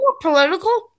political